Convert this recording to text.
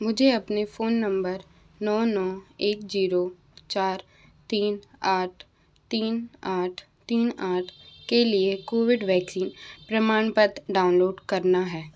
मुझे अपने phone number नौ नौ एक जीरो चार तीन आठ तीन आठ तीन आठ के लिए कोविड वैक्सीन प्रमाणपत्र डाउनलोड करना है